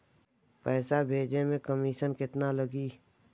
पैसा भेजे में कमिशन केतना लागि?